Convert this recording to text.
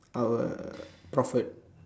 our prophet